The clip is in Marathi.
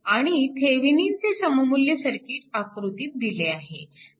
आणि थेविनिनचे सममुल्य सर्किट आकृतीत दिले आहे